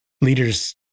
leaders